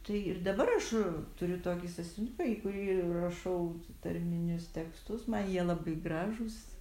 tai ir dabar aš turiu tokį sąsiuvinuką į kurį rašau tarminius tekstus man jie labai gražūs